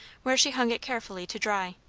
where she hung it carefully to dry.